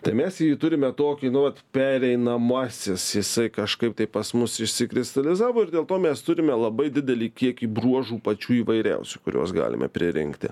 tai mes jį turime tokį nu vat pereinamąsis jisai kažkaip tai pas mus išsikristalizavo ir dėl to mes turime labai didelį kiekį bruožų pačių įvairiausių kuriuos galime pririnkti